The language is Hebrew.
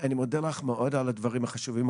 אני מודה לך מאוד על הדברים החשובים,